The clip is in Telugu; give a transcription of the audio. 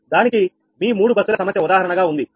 దానికి మీ 3 బస్సుల సమస్య ఉదాహరణగా ఉంది అవునా